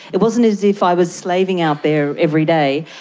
it wasn't as if i was slaving out there every day.